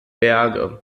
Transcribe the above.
berge